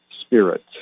spirit